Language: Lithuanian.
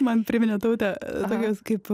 man priminė taute tokią kaip